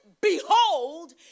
Behold